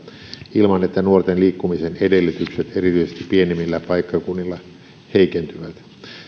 ilman että nuorten liikkumisen edellytykset erityisesti pienemmillä paikkakunnilla heikentyvät